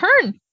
Turn